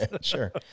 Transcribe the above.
Sure